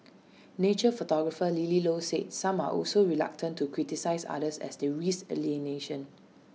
nature photographer lily low said some are also reluctant to criticise others as they risk alienation